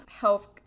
health